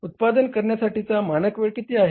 उत्पादन करण्यासाठीचा मानक वेळ किती आहे